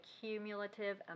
cumulative